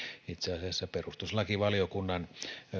itse asiassa perustuslakivaliokunnan